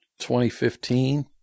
2015